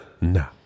No